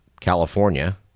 California